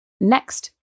Next